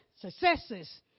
successes